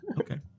Okay